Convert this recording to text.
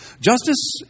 Justice